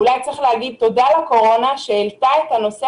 אולי צריך להגיד תודה לקורונה שהעלית את הנושא